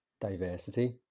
diversity